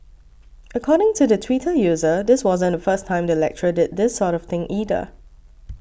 according to the Twitter user this wasn't the first time the lecturer did this sort of thing either